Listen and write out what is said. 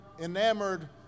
enamored